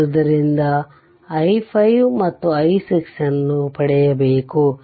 ಆದ್ದರಿಂದ ಇದು i5 ಮತ್ತು i6 ನ್ನು ಪಡೆಯಬೇಕು